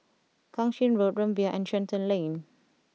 Kang Ching Road Rumbia and Shenton Lane